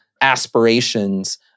aspirations